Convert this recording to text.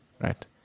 right